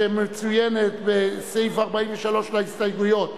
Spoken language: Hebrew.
שמצוינת בסעיף 43 להסתייגויות.